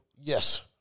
Yes